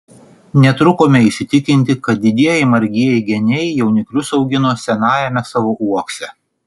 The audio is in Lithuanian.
netrukome įsitikinti kad didieji margieji geniai jauniklius augino senajame savo uokse